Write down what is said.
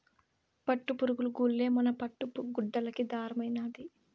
పట్టుపురుగులు గూల్లే మన పట్టు గుడ్డలకి దారమైనాది